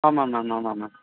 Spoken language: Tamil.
ஆமாம் மேம் ஆமாம் மேம்